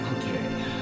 Okay